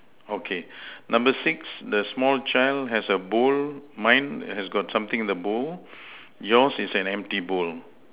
okay number six the small child has a bowl mine has got something in the bowl yours is an empty bowl